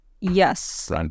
Yes